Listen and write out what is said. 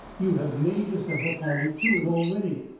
you have made yourself a party to it already.